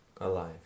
alive